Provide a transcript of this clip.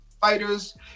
fighters